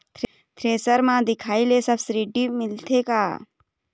Thresher म दिखाही ला सब्सिडी मिलथे का?